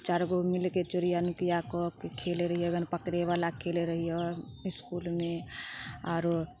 चारिगो मिलके चोरिया नुकिया कऽके खेलै रहियै कनि पकड़ै बला खेलै रहियै इसकुलमे आरो